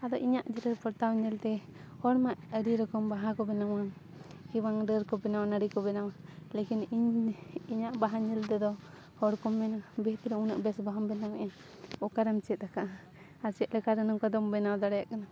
ᱟᱫᱚ ᱤᱧᱟᱹᱜ ᱡᱮᱨᱮᱲ ᱯᱚᱛᱟᱣ ᱧᱮᱞᱛᱮ ᱦᱚᱲ ᱢᱟ ᱟᱹᱰᱤ ᱨᱚᱠᱚᱢ ᱵᱟᱦᱟ ᱠᱚ ᱵᱮᱱᱟᱣᱟ ᱠᱤ ᱵᱟᱝ ᱰᱟᱹᱨ ᱠᱚ ᱵᱮᱱᱟᱣᱟ ᱱᱟᱹᱲᱤ ᱠᱚ ᱵᱮᱱᱟᱣᱟ ᱞᱮᱠᱤᱱ ᱤᱧ ᱤᱧᱟᱹᱜ ᱵᱟᱦᱟ ᱧᱮᱞ ᱛᱮᱫᱚ ᱦᱚᱲ ᱠᱚᱢ ᱢᱮᱱᱟ ᱵᱷᱤᱛᱨᱮ ᱩᱱᱟᱹᱜ ᱵᱮᱥ ᱵᱟᱦᱟᱢ ᱵᱮᱱᱟᱣᱮᱜᱼᱟ ᱚᱠᱟᱨᱮᱢ ᱪᱮᱫ ᱟᱠᱟᱜᱼᱟ ᱟᱨ ᱪᱮᱫᱞᱮᱠᱟ ᱨᱮ ᱱᱚᱝᱠᱟ ᱫᱚᱢ ᱵᱮᱱᱟᱣ ᱫᱟᱲᱮᱭᱟᱜ ᱠᱟᱱᱟ